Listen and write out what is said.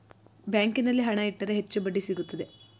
ಬ್ಯಾಂಕಿನಲ್ಲಿ ಹಣ ಇಟ್ಟರೆ ಹೆಚ್ಚು ಬಡ್ಡಿ ಸಿಗುತ್ತದೆ